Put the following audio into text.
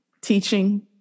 teaching